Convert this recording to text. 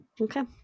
Okay